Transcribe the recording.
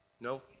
No